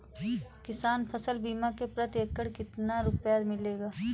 किसान फसल बीमा से प्रति एकड़ कितना रुपया मिलेगा?